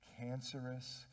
cancerous